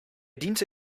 diente